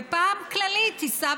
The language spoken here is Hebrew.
ופעם הכללית תישא